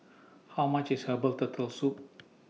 How much IS Herbal Turtle Soup